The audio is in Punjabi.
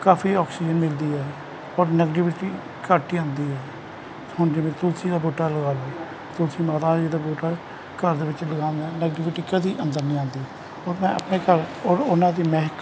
ਕਾਫੀ ਆਕਸੀਜਨ ਮਿਲਦੀ ਹੈ ਔਰ ਨੈਗਟੀਵੀਟੀ ਘੱਟ ਹੀ ਆਉਂਦੀ ਹੈ ਹੁਣ ਜਿਵੇਂ ਤੁਲਸੀ ਦਾ ਬੂਟਾ ਲਗਾ ਲੋ ਤੁਲਸੀ ਮਾਤਾ ਜੀ ਦਾ ਬੂਟਾ ਹੈ ਘਰ ਦੇ ਲਗਾਉਣ ਨਾਲ ਨੈਗਟੀਵੀਟੀ ਕਦੀ ਅੰਦਰ ਨਹੀ ਆਉਂਦੀ ਔਰ ਮੈਂ ਘਰ ਔਰ ਉਹਨਾਂ ਦੀ ਮਹਿਕ